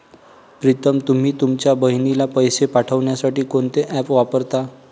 प्रीतम तुम्ही तुमच्या बहिणीला पैसे पाठवण्यासाठी कोणते ऍप वापरता?